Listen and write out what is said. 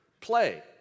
play